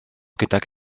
gydag